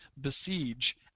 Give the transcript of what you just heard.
besiege